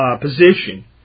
position